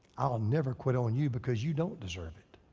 i'll never quit on you because you don't deserve it.